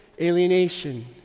Alienation